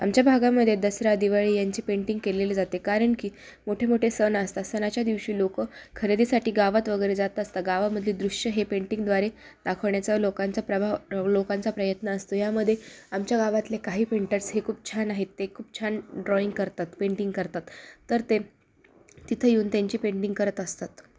आमच्या भागामध्ये दसरा दिवाळी यांची पेंटिंग केलेले जाते कारण की मोठेमोठे सण असतात सणाच्या दिवशी लोकं खरेदीसाठी गावात वगैरे जात असतात गावामध्ये दृश्य हे पेंटिंगद्वारे दाखवण्याचा लोकांचा प्रभाव लोकांचा प्रयत्न असतो यामध्ये आमच्या गावातले काही पेंटर्स हे खूप छान आहेत ते खूप छान ड्रॉईंग करतात पेंटिंग करतात तर ते तिथं येऊन त्यांची पेंटिंग करत असतात